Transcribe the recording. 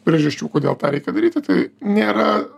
priežasčių kodėl tą reikia daryti tai nėra